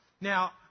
Now